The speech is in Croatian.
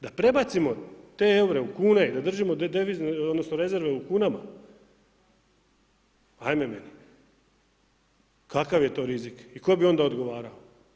Da prebacimo te eure u kune i da držimo devize, odnosno rezerve u kunama, ajme meni, kakav je to rizik i tko bi onda odgovarao?